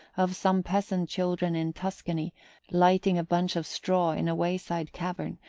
of some peasant children in tuscany lighting a bunch of straw in a wayside cavern,